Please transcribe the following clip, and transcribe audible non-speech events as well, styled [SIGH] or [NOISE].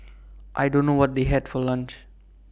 [NOISE] I don't know what they had for lunch